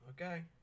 Okay